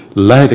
lähde